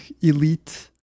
elite